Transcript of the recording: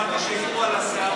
שמעתי שהעירו על השיער